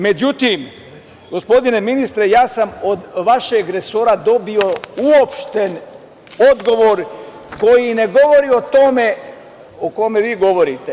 Međutim, gospodine ministre, ja sam od vašeg resora dobio uopšten odgovor koji ne govori o tome o čemu vi govorite.